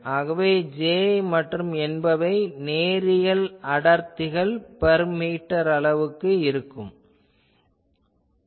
ஆகவே J மற்றும் M என்பவை நேரியல் அடர்த்திகள் பெர் மீட்டர் அளவுக்கு ஆகும்